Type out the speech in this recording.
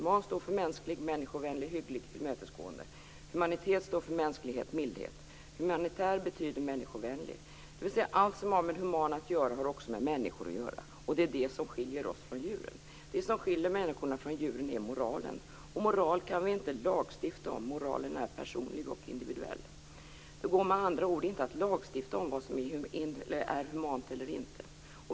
Human står för mänsklig, människovänlig, hygglig, tillmötesgående. Humanitet står för mänsklighet, mildhet. Humanitär betyder människovänlig. Allt som har med humanitet att göra har också med människor att göra. Det är det som skiljer oss från djuren. Det som skiljer människorna från djuren är moralen. Moral kan vi inte lagstifta om. Den är personlig och individuell. Det går med andra ord inte att lagstifta om vad som är humant eller inte.